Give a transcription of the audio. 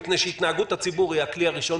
מפני שהתנהגות הציבור היא הכלי הראשון